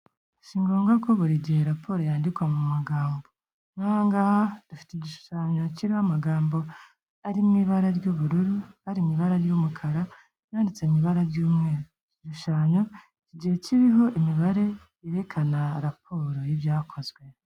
Si ngombwa ko buri gihe raporo yandikwa mu magambo. N'aha ngaha dufite igishushanyo kiriho amagambo ari mu ibara ry'ubururu, ari mu ibara ry'umukara nayanditse mu ibara ry'umweru. Igishushanyo kigiye kiriho imibare yerekana raporo y'ibyakozwe.